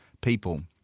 people